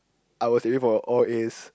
I was aiming for all As